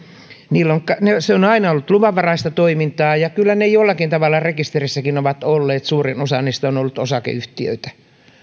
on on aina ollut luvanvaraista toimintaa ja kyllä ne firmat jollakin tavalla rekisterissäkin ovat olleet suurin osa niistä on ollut osakeyhtiöitä